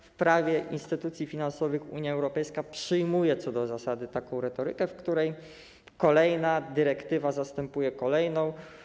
W prawie instytucji finansowych Unia Europejska przyjmuje co do zasady taką retorykę, w której kolejna dyrektywa zastępuje kolejną.